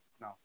no